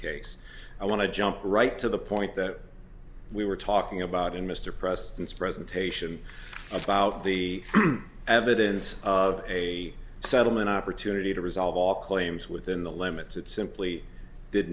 case i want to jump right to the point that we were talking about in mr preston's presentation about the evidence of a settlement an opportunity to resolve all claims within the limits that simply did